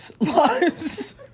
lives